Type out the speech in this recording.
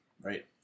right